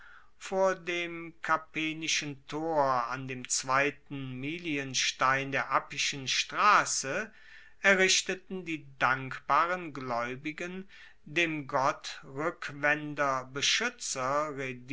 von dem capenischen tor an dem zweiten miglienstein der appischen strasse errichteten die dankbaren glaeubigen dem gott rueckwender beschuetzer